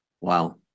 Wow